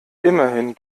immerhin